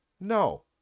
No